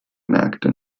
märkte